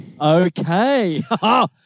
Okay